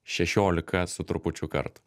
šešiolika su trupučiu kartų